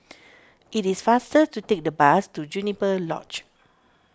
it is faster to take the bus to Juniper Lodge